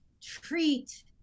Treat